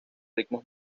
ritmos